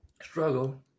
struggle